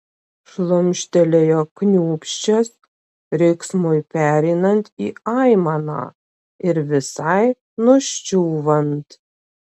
šlumštelėjo kniūbsčias riksmui pereinant į aimaną ir visai nuščiūvant